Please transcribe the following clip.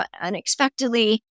unexpectedly